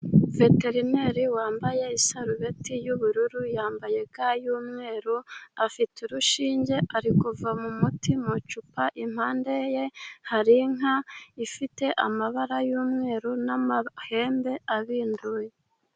Veterineri wambaye isarubeti y'ubururu, yambaye ga y'umweru. Afite urushinge ari kuvoma mu muti mu icupa. Impande ye hari inka ifite amabara y'umweru n'amahembe abinduye.